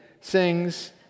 sings